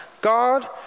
God